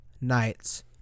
Knights